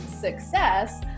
Success